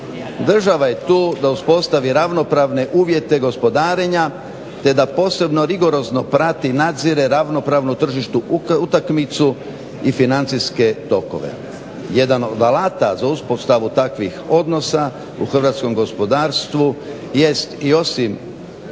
Država je tu da uspostavi ravnopravne uvjete gospodarenja, te da posebno rigorozno prati i nadzire ravnopravnu tržišnu utakmicu i financijske tokove. Jedan od alata za uspostavu takvih odnosa u hrvatskom gospodarstvo jest i osim